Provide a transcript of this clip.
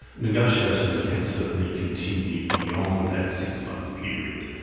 negotiations can certainly continue beyond that six month period.